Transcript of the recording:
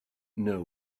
know